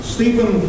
Stephen